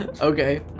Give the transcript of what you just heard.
Okay